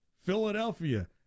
Philadelphia